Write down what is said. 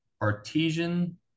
artesian